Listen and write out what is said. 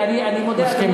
אני מסכים אתך.